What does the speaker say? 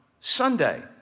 Sunday